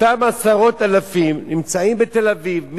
אותם עשרות אלפים מסתננים,